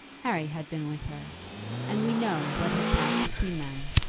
harry had been with her and we know what had passed between them.